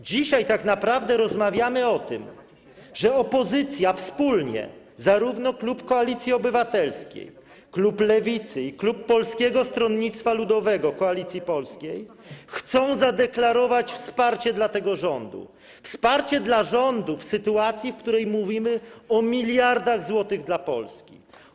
Dzisiaj tak naprawdę rozmawiamy o tym, że opozycja, wspólnie, zarówno klub Koalicji Obywatelskiej, klub Lewicy, jak i klub Polskiego Stronnictwa Ludowego - Koalicji Polskiej, chce zadeklarować wsparcie dla tego rządu, wsparcie dla rządu w sytuacji, w której mówimy o miliardach złotych dla Polski.